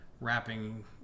wrapping